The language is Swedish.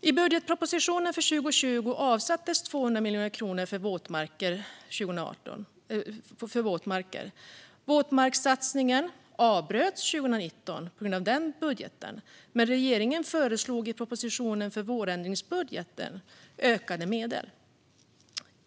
I budgetpropositionen för 2020 avsattes 200 miljoner kronor för våtmarker. Våtmarkssatsningen avbröts 2019 på grund av det årets budget. Men regeringen föreslog i propositionen för vårändringsbudgeten ökade medel.